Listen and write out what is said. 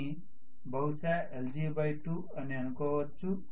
దీనిని బహుశా lg2 అని అనుకోవచ్చు